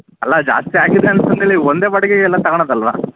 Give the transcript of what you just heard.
ಅಲ್ಲ ಜಾಸ್ತಿ ಆಗಿದೆ ಅಂತಂದೇಳಿ ನೀವು ಒಂದೇ ಬಾಡಿಗೆಗೆ ಎಲ್ಲ ತಗೊಳೋದಲ್ವ